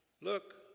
Look